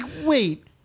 wait